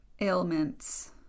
ailments